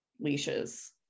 leashes